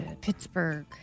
Pittsburgh